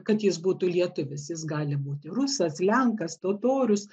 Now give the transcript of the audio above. kad jis būtų lietuvis jis gali būti rusas lenkas totorius